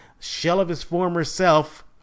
shell-of-his-former-self